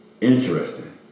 interesting